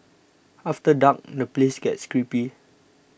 after dark the place gets creepy